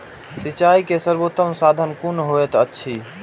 सिंचाई के सर्वोत्तम साधन कुन होएत अछि?